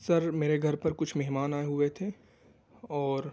سر میرے گھر پر کچھ مہمان آئے ہوئے تھے اور